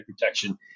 protection